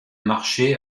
marché